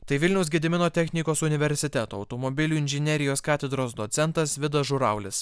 tai vilniaus gedimino technikos universiteto automobilių inžinerijos katedros docentas vidas žuraulis